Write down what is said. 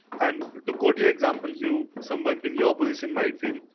and to go to example, you someone in your position might feel,